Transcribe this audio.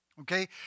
Okay